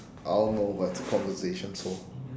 I don't know but it's a conversation so